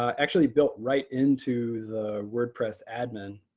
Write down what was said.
actually built right into the wordpress admin.